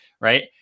right